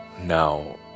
now